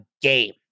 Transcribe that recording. game